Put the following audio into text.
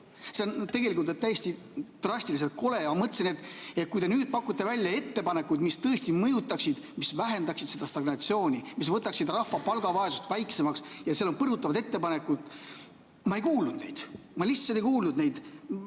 See on tegelikult täiesti drastiliselt kole. Ma mõtlesin, et nüüd te pakute välja ettepanekuid, mis tõesti mõjutaksid seda olukorda, mis vähendaksid seda stagnatsiooni, mis võtaksid rahva palgavaesust väiksemaks ja seal on põrutavaid ettepanekuid. Aga ma ei kuulnud neid. Ma lihtsalt ei kuulnud neid.